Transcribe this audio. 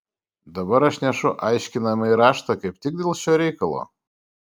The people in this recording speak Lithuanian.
dabar aš nešu aiškinamąjį raštą kaip tik dėl šio reikalo